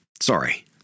sorry